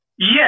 Yes